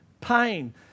pain